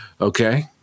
okay